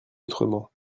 autrement